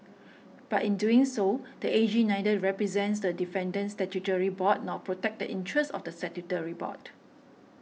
but in doing so the A G neither represents the defendant statutory board nor protects the interests of the statutory board